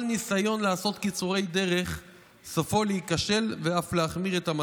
כל ניסיון לעשות קיצורי דרך סופו להיכשל ואף להחמיר את המצב".